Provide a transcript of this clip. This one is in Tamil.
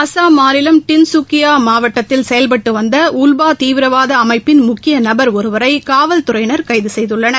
அஸ்ஸாம் மாநிலம் டின்கக்கியா மாவட்டத்தில் செயல்பட்டு வந்த உல்பா தீவிரவாத அமைப்பின் முக்கிய நபர் ஒருவரை காவல்துறையினர் கைது செய்துள்ளனர்